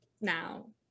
now